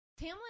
Tamlin